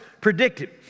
predicted